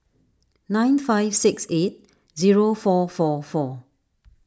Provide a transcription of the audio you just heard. nine five six eight zero four four four